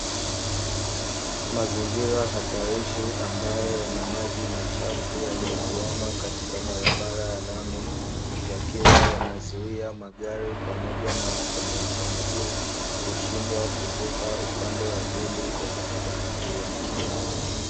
Mazingira hatarishi ambayo yana maji machafu, yaliyotuama katika barabara ya lami, yakiwa yanazuia magari pamoja na watembea kwa miguu kushindwa kuvuka upande wa pili wa barabara hiyo.